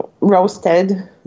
roasted